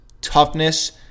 toughness